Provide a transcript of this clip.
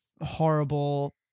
horrible